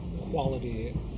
quality